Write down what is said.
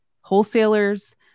wholesalers